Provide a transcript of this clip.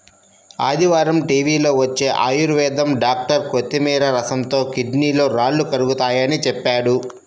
ఆదివారం టీవీలో వచ్చే ఆయుర్వేదం డాక్టర్ కొత్తిమీర రసంతో కిడ్నీలో రాళ్లు కరుగతాయని చెప్పాడు